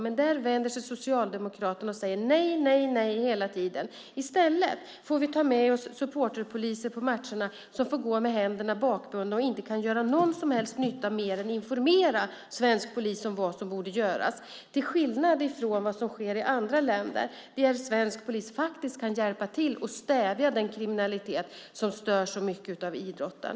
Men mot detta vänder sig Socialdemokraterna och säger nej, nej, nej hela tiden. I stället får vi ta med oss supporterpoliser på matcherna som får gå med händerna bakbundna och som inte kan göra någon som helst nytta mer än att informera svensk polis om vad som borde göras, detta till skillnad mot vad som sker i andra länder, där svensk polis faktiskt kan hjälpa till att stävja den kriminalitet som stör så mycket av idrotten.